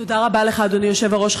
תודה רבה לך, אדוני היושב-ראש.